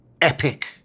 epic